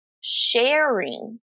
sharing